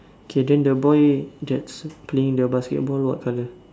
okay then the boy that's the playing the basketball what colour